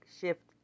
shift